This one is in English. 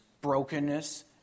brokenness